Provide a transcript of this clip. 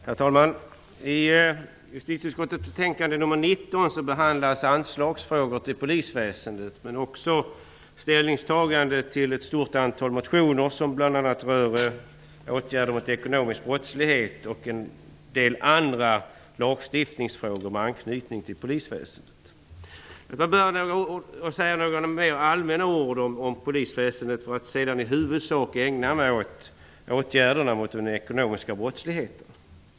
Herr talman! I justitieutskottets betänkande nr 19 behandlas frågor om anslag till polisväsendet, men utskottet har också tagit ställning till ett stort antal motioner som bl.a. rör åtgärder mot ekonomisk brottslighet och en del andra lagstiftningsfrågor med anknytning till polisväsendet. Jag vill börja med att säga några mer allmänna ord om polisväsendet för att sedan i huvudsak ägna mig åt åtgärderna mot den ekonomiska brottsligheten.